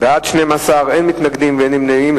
בעד, 12, אין מתנגדים ואין נמנעים.